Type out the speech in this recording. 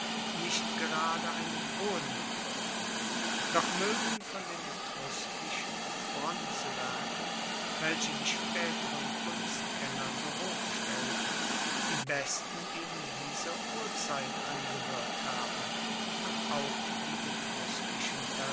nicht gerade einen hohen begriff doch moegen von den etruskischen bronzewerken welche die spaeteren kunstkenner so hoch stellten die besten eben dieser urzeit angehoert haben und auch die